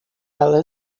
ela